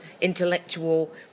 intellectual